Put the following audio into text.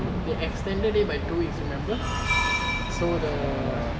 they extended it by two weeks remember so the